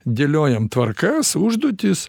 dėliojam tvarkas užduotis